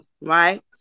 right